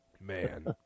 Man